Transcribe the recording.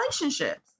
relationships